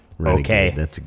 okay